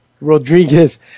Rodriguez